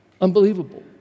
Unbelievable